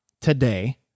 today